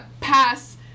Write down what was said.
pass